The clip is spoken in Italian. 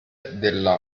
della